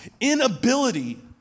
inability